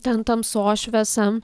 ten tamsošviesa